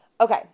okay